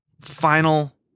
final